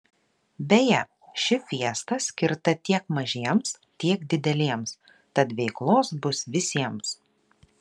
beje ši fiesta skirta tiek mažiems tiek dideliems tad veiklos bus visiems